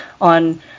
on